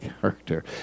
character